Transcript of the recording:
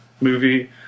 movie